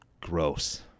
Gross